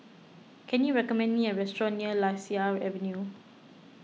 can you recommend me a restaurant near Lasia Avenue